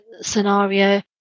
scenario